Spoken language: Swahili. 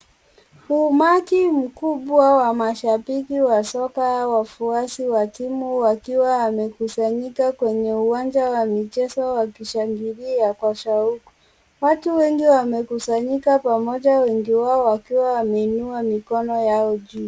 Umati mkubwa wa mashabiki wa soka wafuasi wa timu wakiwa wamekusanyika kwenye uwanja wa michezo wakishangilia kwa shauku. Watu wengi wamekusanyika pamoja wengi wao wakiwa wameinua mikono yao juu.